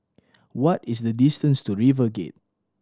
what is the distance to RiverGate